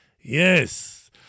Yes